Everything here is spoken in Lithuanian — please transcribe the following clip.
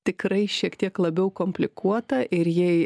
tikrai šiek tiek labiau komplikuota ir jei